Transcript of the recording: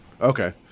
Okay